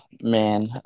man